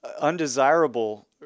undesirable